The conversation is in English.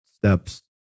steps